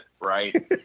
Right